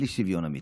בלי שוויון אמיתי.